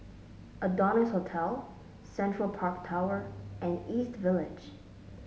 Adonis Hotel Central Park Tower and East Village